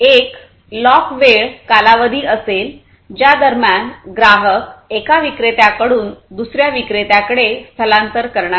एक लॉक वेळ कालावधी असेल ज्या दरम्यान ग्राहक एका विक्रेत्याकडून दुसर्या विक्रेत्याकडे स्थलांतर करणार नाही